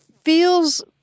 feels